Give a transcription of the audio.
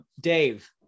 Dave